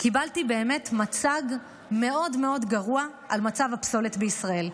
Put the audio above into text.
קיבלתי באמת מצג מאוד מאוד גרוע על מצב הפסולת בישראל.